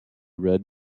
read